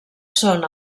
són